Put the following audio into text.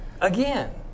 again